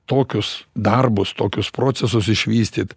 tokius darbus tokius procesus išvystyt